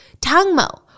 Tangmo